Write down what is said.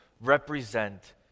represent